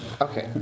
Okay